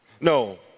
No